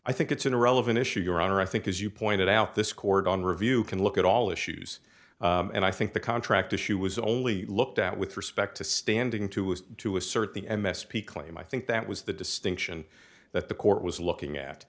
i think it's an irrelevant issue your honor i think as you pointed out this court on review can look at all issues and i think the contract issue was only looked at with respect to standing to was to assert the m s p claim i think that was the distinction that the court was looking at